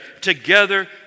Together